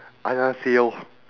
annyeonghaseyo